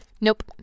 Nope